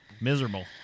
Miserable